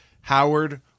Howard